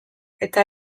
eta